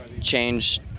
change